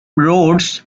roads